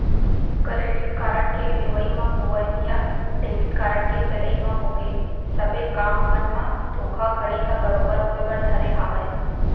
credit card के लेवई म होवय या डेबिट कारड के चलई म होगे सबे काम मन म धोखाघड़ी ह बरोबर होय बर धरे हावय